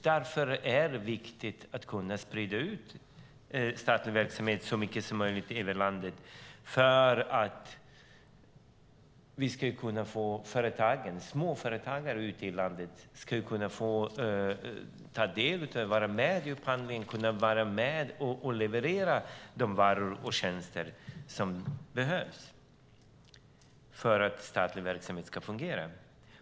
Därför är det viktigt att sprida ut statlig verksamhet så mycket som möjligt över landet för att småföretagare ute i landet ska kunna vara med i upphandlingar och kunna leverera de varor och tjänster som behövs för att statlig verksamhet ska fungera.